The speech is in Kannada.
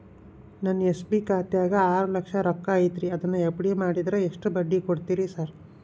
ನನ್ನ ಎಸ್.ಬಿ ಖಾತ್ಯಾಗ ಆರು ಲಕ್ಷ ರೊಕ್ಕ ಐತ್ರಿ ಅದನ್ನ ಎಫ್.ಡಿ ಮಾಡಿದ್ರ ಎಷ್ಟ ಬಡ್ಡಿ ಕೊಡ್ತೇರಿ ಸರ್?